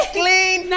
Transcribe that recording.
clean